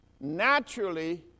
Naturally